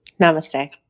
Namaste